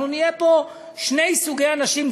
אנחנו נהיה פה שני סוגי אנשים,